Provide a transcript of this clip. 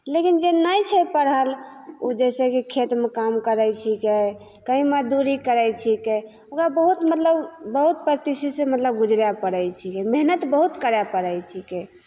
लेकिन जे नहि छै पढ़ल ओ जैसे कि खेतमे काम करै छिकै कहीं मजदूरी करै छिकै ओकरा बहुत मतलब बहुत प्रस्थिति सऽ मतलब गुजरै परै छिकै मेहनैत बहुत करै परै छिकै